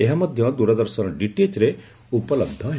ଏହା ମଧ୍ୟ ଦୂରଦର୍ଶନ ଡିଟିଏଚ୍ରେ ଉପଲବ୍ଧ ହେବ